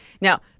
now